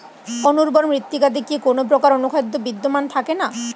অনুর্বর মৃত্তিকাতে কি কোনো প্রকার অনুখাদ্য বিদ্যমান থাকে না?